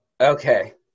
Okay